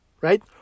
right